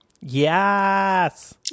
Yes